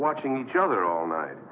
watching each other all night